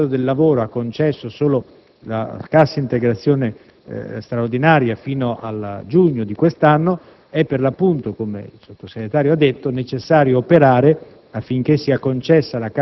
Poiché il Ministero del lavoro ha concesso solo la cassa integrazione straordinaria fino al giugno di quest'anno, è per l'appunto necessario, come il Sottosegretario ha detto, operare